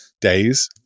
days